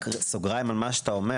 סוגריים על מה שאתה אומר